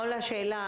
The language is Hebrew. עולה, שאלה.